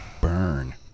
burn